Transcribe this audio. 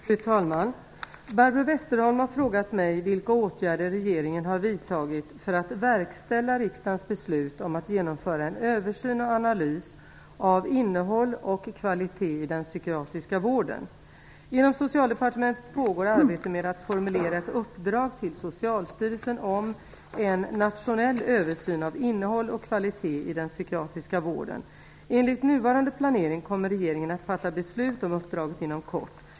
Fru talman! Barbro Westerholm har frågat mig vilka åtgärder regeringen har vidtagit för att verkställa riksdagens beslut om att genomföra en översyn och analys av innehåll och kvalitet i den psykiatriska vården. Inom socialdepartementet pågår arbete med att formulera ett uppdrag till Socialstyrelsen om en nationell översyn av innehåll och kvalitet i den psykiatriska vården. Enligt nuvarande planering kommer regeringen att fatta beslut om uppdraget inom kort.